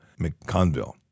McConville